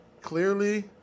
clearly